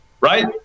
right